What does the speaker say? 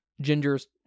Ginger's